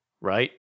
right